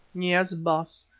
yes, baas.